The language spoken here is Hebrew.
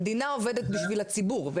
המדינה עובדת בשביל הציבור.